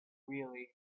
really